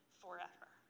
forever